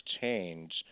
change